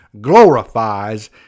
glorifies